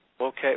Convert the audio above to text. Okay